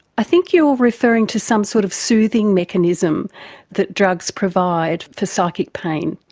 i think you are referring to some sort of soothing mechanism that drugs provide for psychic pain.